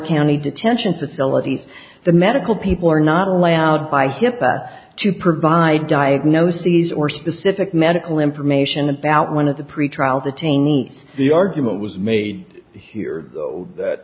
county detention facilities the medical people are not allowed by hipaa to provide diagnoses or specific medical information about one of the pretrial detainees the argument was made here that